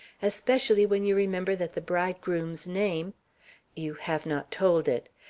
especially when you remember that the bridegroom's name you have not told it.